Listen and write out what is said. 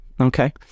Okay